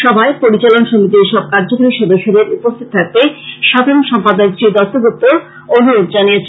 সভায় পরিচালন সমিতির সব কার্য্যকরী সদস্যদের উপস্থিত থাকতে সাধারন সম্পাদক শ্রী দত্তগুপ্ত অনুরোধ জানিয়েছেন